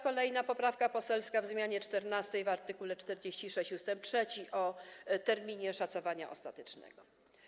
Kolejna poprawka poselska - w zmianie 14. w art. 46 ust. 3 - dotyczy terminu szacowania ostatecznego.